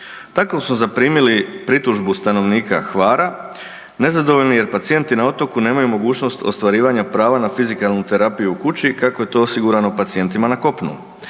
Tako su zaprimili pritužbu stanovnika Hvara nezadovoljni jer pacijenti na otoku nemaju mogućnost ostvarivanja prava na fizikalnu terapiju u kući, kako je to osigurano pacijentima na kopnu.